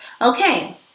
okay